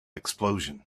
explosion